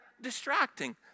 distracting